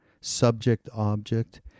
subject-object